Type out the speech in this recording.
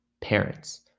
parents